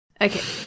Okay